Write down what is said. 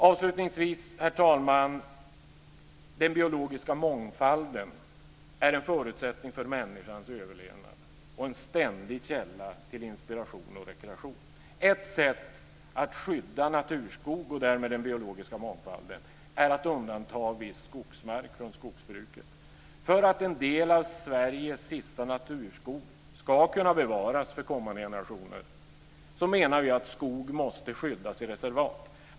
Avslutningsvis, herr talman: Den biologiska mångfalden är en förutsättning för människans överlevnad och en ständig källa till inspiration och rekreation. Ett sätt att skydda naturskog och därmed den biologiska mångfalden är att undanta viss skogsmark från skogsbruket. För att en del av Sveriges sista naturskog ska kunna bevaras för kommande generationer menar vi att skog måste skyddas i reservat.